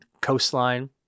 coastline